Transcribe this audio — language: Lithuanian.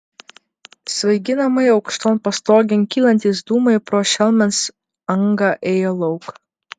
svaiginamai aukšton pastogėn kylantys dūmai pro šelmens angą ėjo lauk